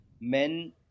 men